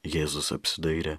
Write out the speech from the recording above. jėzus apsidairė